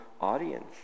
audience